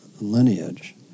lineage